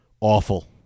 awful